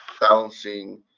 balancing